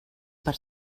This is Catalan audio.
per